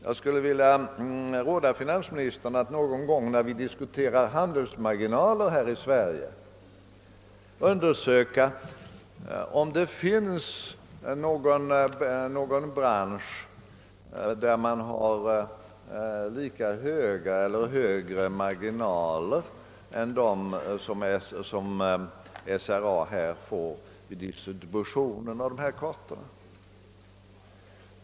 Jag skulle vilja råda finansministern att någon gång, när vi skall diskutera handelsmarginaler i Sverige, undersöka om det finns någon bransch där man har lika hög eller högre marginaler än dem som SRA får vid distributionen av dessa allmänna kartor.